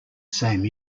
same